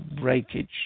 breakage